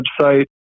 website